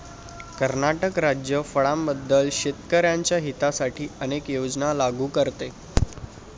कर्नाटक राज्य फळांबद्दल शेतकर्यांच्या हितासाठी अनेक योजना लागू करते